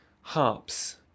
Harps